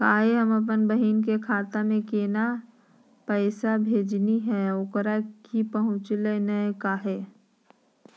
कल्हे हम अपन बहिन के खाता में पैसा भेजलिए हल, ओकरा ही पहुँचलई नई काहे?